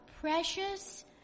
precious